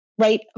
right